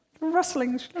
rustling